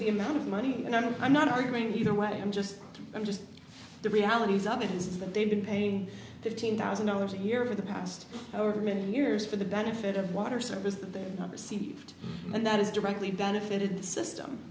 the amount of money and i mean i'm not arguing either way i'm just i'm just the realities of it is that they've been paying fifteen thousand dollars a year for the past over many years for the benefit of water service that they're not received and that is directly benefited the system